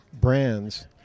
brands